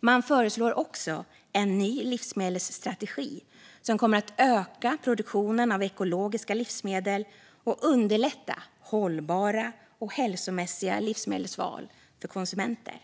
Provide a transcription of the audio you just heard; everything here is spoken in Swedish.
Man föreslår också en ny livsmedelsstrategi som kommer att öka produktionen av ekologiska livsmedel och underlätta hållbara och hälsomässiga livsmedelsval för konsumenter.